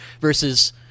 versus